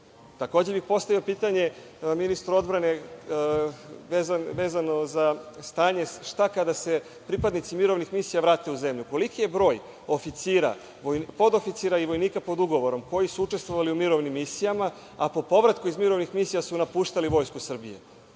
zemlji? Takođe bih postavio pitanje ministru odbrane, vezano za stanje – šta kada se pripadnici mirovnih misija vrate u zemlju? Koliki je broj oficira, podoficira i vojnika pod ugovorom koji su učestvovali u mirovnim misijama, a po povratku iz mirovnih misija su napuštali Vojsku Srbije?